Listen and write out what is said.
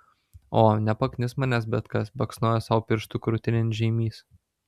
o nepaknis manęs bet kas baksnojo sau pirštu krūtinėn žeimys